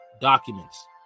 documents